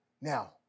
Now